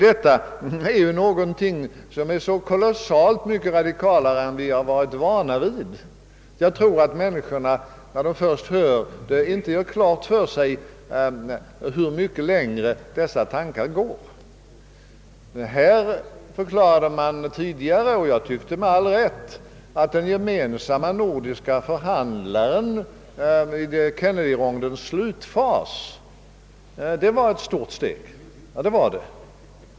Det är ju något oerhört mycket mera radikalt än vi har varit vana vid. När människorna först får höra det förslaget tror jag att de inte gör klart för sig hur mycket längre dessa tankar går. Man förklarade tidigare — som jag tyckte med all rätt — att den gemensamme nordiske förhandlaren vid Kennedyrondens slutfas innebar ett stort steg framåt.